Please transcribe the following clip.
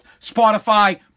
Spotify